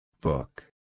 Book